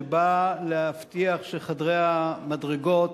שבא להבטיח שחדרי המדרגות,